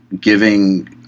giving